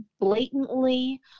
blatantly